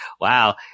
wow